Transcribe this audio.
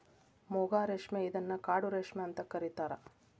ಮೂಗಾ ರೇಶ್ಮೆ ಇದನ್ನ ಕಾಡು ರೇಶ್ಮೆ ಅಂತ ಕರಿತಾರಾ